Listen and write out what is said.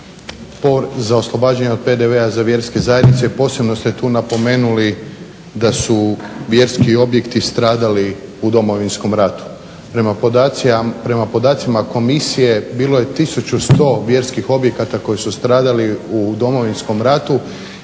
za oslobađanje od PDV-a za vjerske zajednice i posebno ste tu napomenuli da su vjerski objekti stradali u Domovinskom ratu. Prema podacima komisije bilo je 1100 vjerskih objekata koji su stradali u Domovinskom ratu,